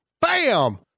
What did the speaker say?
Bam